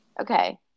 Okay